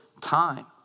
time